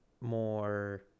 more